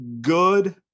good